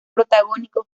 protagónico